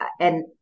and-